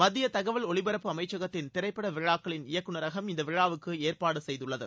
மத்திய தகவல் ஒலிபரப்பு அமைச்சகத்தின் திரைப்பட விழாக்களின் இயக்குனரகம் இந்த விழாவுக்கு ஏற்பாடு செய்துள்ளது